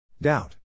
Doubt